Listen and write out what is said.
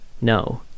No